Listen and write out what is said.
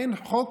אין חוק.